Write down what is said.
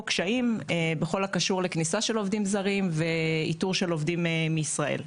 קשיים בכל הקשור לכניסה של עובדים זרים ואיתור של עובדים מישראל.